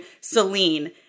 Celine